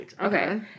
Okay